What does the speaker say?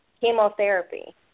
chemotherapy